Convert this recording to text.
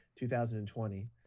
2020